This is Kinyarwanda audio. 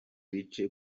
bice